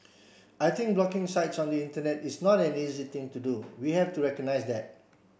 I think blocking sites on the Internet is not an easy thing to do we have to recognize that